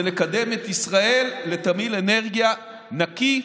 זה לקדם את ישראל לתמהיל אנרגיה נקי,